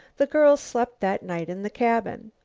the girls slept that night in the cabin.